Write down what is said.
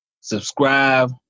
subscribe